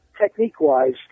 technique-wise